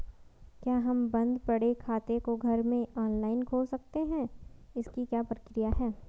क्या हम बन्द पड़े खाते को घर में ऑनलाइन खोल सकते हैं इसकी क्या प्रक्रिया है?